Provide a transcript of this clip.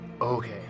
Okay